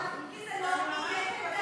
כי זה לא יהיה כדאי.